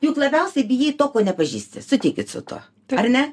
juk labiausiai bijai to ko nepažįsti sutikit su tuo ar ne